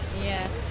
Yes